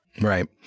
Right